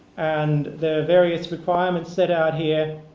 and there are various requirements set out here